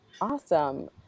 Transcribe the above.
awesome